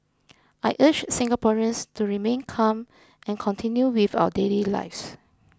I urge Singaporeans to remain calm and continue with our daily lives